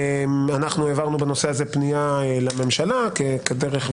אנחנו העברנו בנושא הזה פנייה לממשלה כדרך ובכללים,